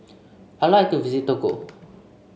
I like to visit Togo